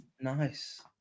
Nice